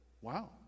wow